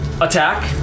attack